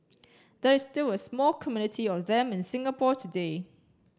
there is still a small community of them in Singapore today